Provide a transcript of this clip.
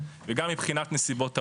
וגם מבחינת נסיבות העושה.